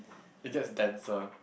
it gets denser